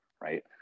Right